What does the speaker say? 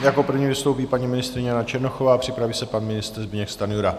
Jako první vystoupí paní ministryně Jana Černochová, připraví se pan ministr Zbyněk Stanjura.